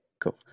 Cool